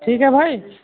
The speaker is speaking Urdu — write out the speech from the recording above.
ٹھیک ہے بھائی